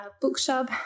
bookshop